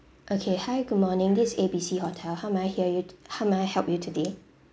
okay hi good morning this is A B C hotel how may I hear you how may I help you today